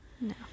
No